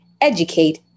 educate